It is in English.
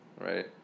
Right